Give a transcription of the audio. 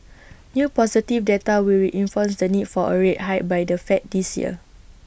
new positive data will reinforce the need for A rate hike by the fed this year